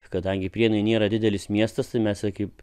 kadangi prienai nėra didelis miestas tai mes kaip